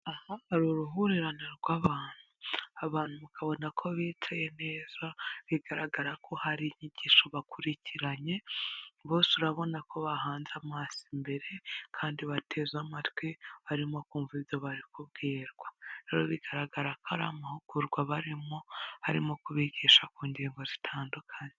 Aha hari uruhurirane rw'abantu, abantu mukabona ko bicaye neza bigaragara ko hari inyigisho bakurikiranye bose urabona ko bahanze amaso imbere, kandi bateze amatwi barimo kumva ibyo bari kubwirwa, rero bigaragara ko ari amahugurwa barimo arimo kubigisha ku ngingo zitandukanye.